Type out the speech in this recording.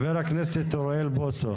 חבר הכנסת אוריאל בוסו.